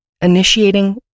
initiating